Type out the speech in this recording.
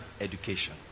education